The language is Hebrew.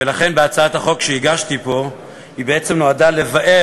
ולכן הצעת החוק שהגשתי פה בעצם נועדה לבאר